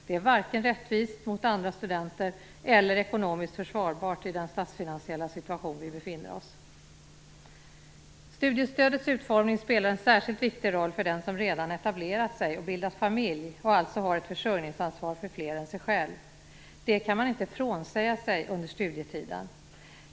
Det är varken rättvist mot andra studenter eller ekonomiskt försvarbart i den statsfinansiella situation vi befinner oss i. Studiestödets utformning spelar en särskilt viktig roll för den som redan etablerat sig och bildat familj och alltså har ett försörjningsansvar för fler än sig själv. Det kan man inte frånsäga sig under studietiden.